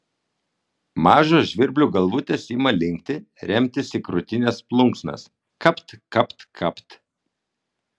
mažos žvirblių galvutės ima linkti remtis į krūtinės plunksnas kapt kapt kapt